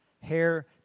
Hair